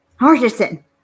Hardison